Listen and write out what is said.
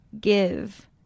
give